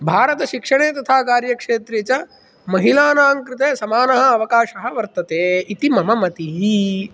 भारतशिक्षणे तथा कार्यक्षेत्रे च महिलानां कृते समानः अवकाशः वर्तते इति मम मतिः